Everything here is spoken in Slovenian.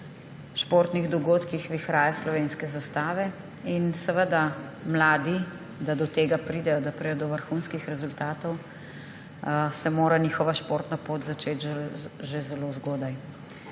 športnih dogodkih vihrajo slovenske zastave. In da mladi do tega pridejo, da pridejo do vrhunskih rezultatov, se mora njihova športna pot začeti že zelo zgodaj.